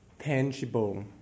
tangible